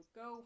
go